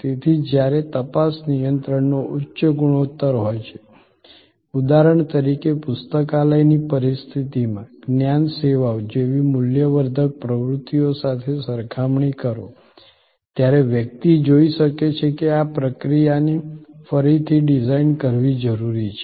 તેથી જ્યારે તપાસ નિયંત્રણનો ઉચ્ચ ગુણોત્તર હોય છે ઉદાહરણ તરીકે પુસ્તકાલયની પરિસ્થિતિમાં જ્ઞાન સેવાઓ જેવી મૂલ્યવર્ધક પ્રવૃત્તિઓ સાથે સરખામણી કરો ત્યારે વ્યક્તિ જોઈ શકે છે કે પ્રક્રિયાને ફરીથી ડિઝાઇન કરવી જરૂરી છે